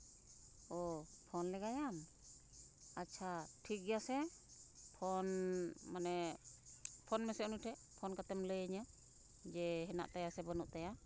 ᱚ ᱯᱷᱳᱱ ᱞᱮᱜᱟᱭᱟᱢ ᱟᱪᱪᱷᱟ ᱴᱷᱤᱠᱜᱮᱭᱟ ᱥᱮ ᱯᱷᱳᱱ ᱢᱟᱱᱮ ᱯᱷᱳᱱ ᱢᱮᱥᱮ ᱩᱱᱤ ᱴᱷᱮᱱ ᱯᱷᱳᱱ ᱠᱟᱛᱮᱢ ᱞᱟᱹᱭᱟᱹᱧᱟᱹ ᱡᱮ ᱦᱮᱱᱟᱜ ᱛᱟᱭᱟ ᱥᱮ ᱵᱟᱹᱱᱩᱜ ᱛᱟᱭᱟ